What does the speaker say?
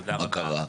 תודה רבה.